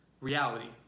reality